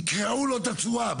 יקרעו לו את הצורה?